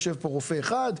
יושב פה רופא אחד,